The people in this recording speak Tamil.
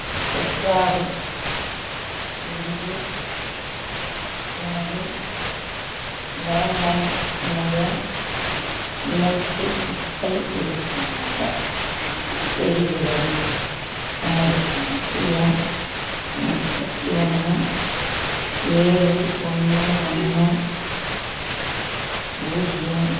ஸ்பெக்ட்ராவில் இருந்து எனது லேண்ட்லைன் இணைய இணைப்பில் சிக்கல் இருப்பதாகத் தெரிகிறது எனது கணக்கு எண் முப்பத்தி ஒன்று ஏழு ஒன்று ஒன்று பூஜ்ஜியம்